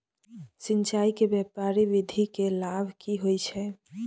सिंचाई के क्यारी विधी के लाभ की होय छै?